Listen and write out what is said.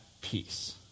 peace